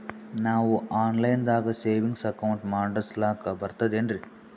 ನಾವು online ದಾಗ savings account ಮಾಡಸ್ಲಾಕ ಬರ್ತದೇನ್ರಿ?